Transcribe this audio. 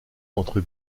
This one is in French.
entre